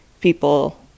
people